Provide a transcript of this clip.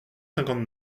cinquante